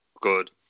good